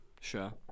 sure